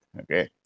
Okay